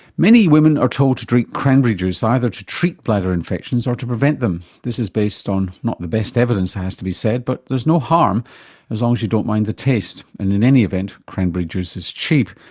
many women are told to drink cranberry juice, either to treat bladder infections or to prevent them. this is based on not the best evidence it has to be said, but there's no harm as long as you don't mind the taste, and in any event, cranberry juice is cheap.